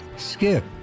skip